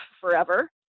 forever